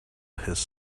his